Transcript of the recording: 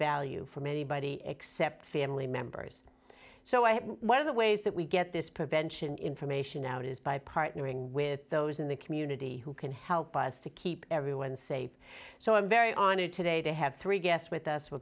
value from anybody except family members so i one of the ways that we get this prevention information out is by partnering with those in the community who can help us to keep everyone safe so i'm very honored today to have three guests with us we're